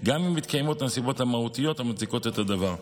גם אם מתקיימות הנסיבות המהותיות המצדיקות את הדבר.